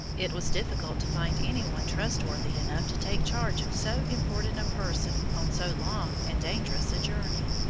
it was difficult to find any one trustworthy enough to take charge of so important a person on so long and dangerous a journey.